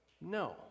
no